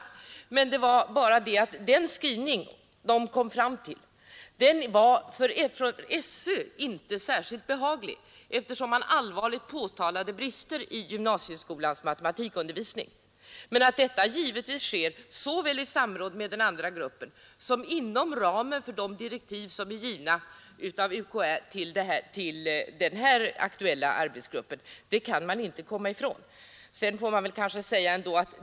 Det var bara det att den skrivning arbetsgruppen kom fram till för SÖ inte var särskilt behaglig, eftersom arbetsgruppen allvarligt påtalade brister i gymnasieskolans matematikundervisning. Men att detta sker såväl i samråd med den andra gruppen som inom ramen för de direktiv som UKÄ givit för den nu aktuella arbetsgruppen kan man inte komma ifrån.